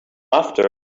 after